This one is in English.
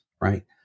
right